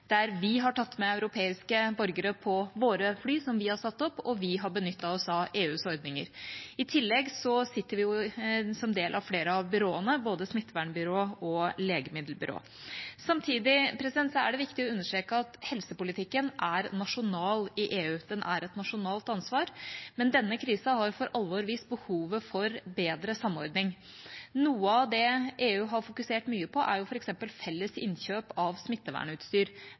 der vi har tatt med europeiske borgere på våre fly som vi har satt opp, og vi har benyttet oss av EUs ordninger. I tillegg sitter vi som del av flere av byråene, både smittevernbyrå og legemiddelbyrå. Samtidig er det viktig å understreke at helsepolitikken er nasjonal i EU, den er et nasjonalt ansvar, men denne krisen har for alvor vist behovet for bedre samordning. Noe av det EU har fokusert mye på, er f.eks. felles innkjøp av smittevernutstyr.